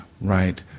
Right